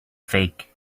fake